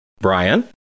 Brian